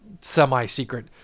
semi-secret